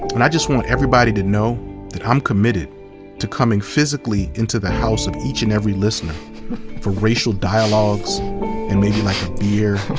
and i just want everybody to know that i'm committed to coming physically into the house of each and every listener for racial dialogues and maybe like a beer.